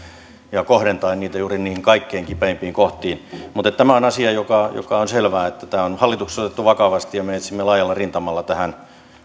ja kohdentaen niitä juuri niihin kaikkein kipeimpiin kohtiin mutta tämä on asia jossa on selvää että tämä on hallituksessa otettu vakavasti ja me me etsimme laajalla rintamalla tähän